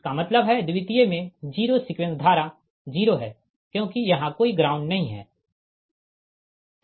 इसका मतलब है द्वितीय में जीरो सीक्वेंस धारा 0 है क्योंकि यहाँ कोई ग्राउंड नहीं है